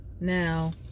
Now